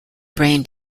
brain